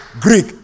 Greek